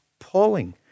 appalling